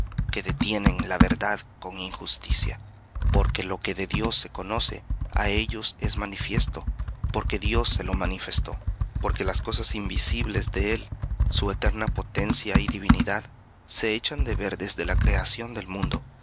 que detienen la verdad con injusticia porque lo que de dios se conoce á ellos es manifiesto porque dios se lo manifestó porque las cosas invisibles de él su eterna potencia y divinidad se echan de ver desde la creación del mundo